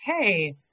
Hey